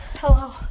Hello